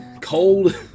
cold